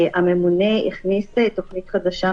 הממונה הכניס את תוכנית חדשה,